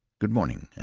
good-morning.